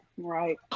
right